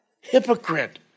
Hypocrite